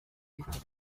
par